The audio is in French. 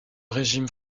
régime